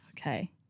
Okay